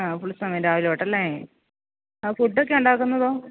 ആ ഫുള് സമയം രാവിലെ തൊട്ട് അല്ലേ ആ ഫുഡൊക്കെ ഉണ്ടാക്കുന്നതോ